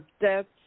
deaths